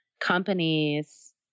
companies